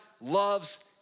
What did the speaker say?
loves